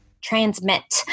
transmit